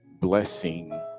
blessing